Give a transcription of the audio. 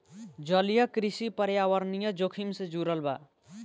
जलीय कृषि पर्यावरणीय जोखिम से जुड़ल बा